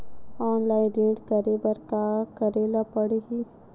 Online ऋण करे बर का करे ल पड़हि?